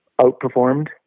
outperformed